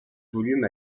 volume